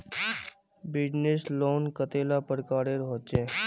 Business loan कतेला प्रकारेर होचे?